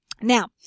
Now